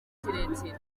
kirekire